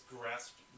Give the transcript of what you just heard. grasped